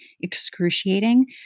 excruciating